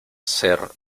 ser